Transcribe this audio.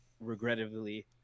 regrettably